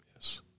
Yes